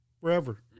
forever